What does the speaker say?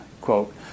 quote